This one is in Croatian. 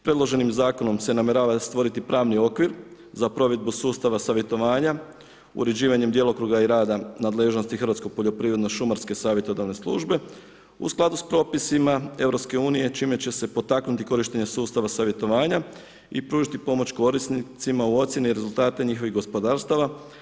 Predloženim zakonom se namjerava stvoriti pravni okvir za provedbu sustava savjetovanja, uređivanjem djelokruga i rada nadležnosti Hrvatske poljoprivredno-šumarskoj savjetodavnoj službe u skladu s propisima EU, čime će se potaknuti korištenje sustava savjetovanja i pružiti pomoć korisnicima u ocjeni rezultata i njihovih gospodarstava.